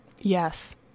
Yes